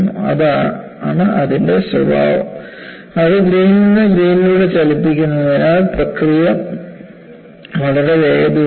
അതാണ് അതിന്റെ സ്വഭാവം അത് ഗ്രേനിൽ നിന്ന് ഗ്രേനിലൂടെ ചലിപ്പിക്കുന്നതിനാൽ പ്രക്രിയ വളരെ വേഗതയുള്ളതാണ്